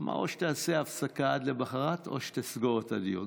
אמר: או שתעשה הפסקה עד למוחרת או שתסגור את הדיון.